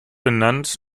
benannt